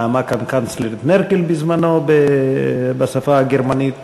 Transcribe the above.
נאמה כאן הקנצלרית מרקל בזמנו בשפה הגרמנית.